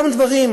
אותם דברים,